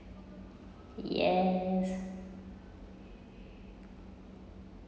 ya